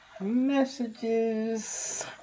messages